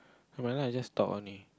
right now I just talk only